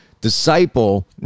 Disciple